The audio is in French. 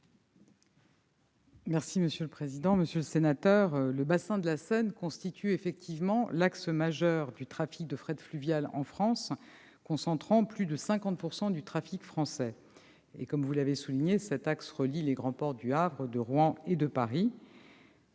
est à Mme la ministre. Monsieur le sénateur, le bassin de la Seine constitue effectivement l'axe majeur du trafic de fret fluvial en France, concentrant plus de 50 % du trafic français. Vous l'avez souligné, cet axe relie les grands ports du Havre, de Rouen et de Paris.